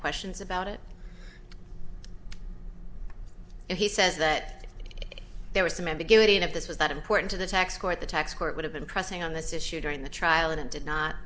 questions about it and he says that there was some ambiguity and if this was that important to the tax quite the tax court would have been pressing on this issue during the trial and it did not